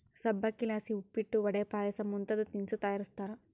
ಸಬ್ಬಕ್ಶಿಲಾಸಿ ಉಪ್ಪಿಟ್ಟು, ವಡೆ, ಪಾಯಸ ಮುಂತಾದ ತಿನಿಸು ತಯಾರಿಸ್ತಾರ